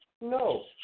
No